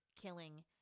killing